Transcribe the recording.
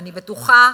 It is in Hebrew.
ואני בטוחה,